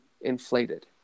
inflated